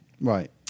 right